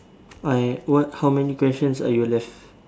I what how many questions are you left